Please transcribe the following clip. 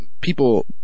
people